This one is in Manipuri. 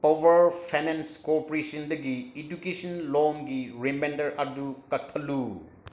ꯄꯋꯥꯔ ꯐꯥꯏꯅꯥꯏꯟꯁ ꯀꯣꯔꯄꯣꯔꯦꯁꯟꯗꯒꯤ ꯏꯗꯨꯀꯦꯁꯟ ꯂꯣꯟꯒꯤ ꯔꯦꯃꯥꯏꯟꯗꯔ ꯑꯗꯨ ꯀꯛꯊꯠꯂꯨ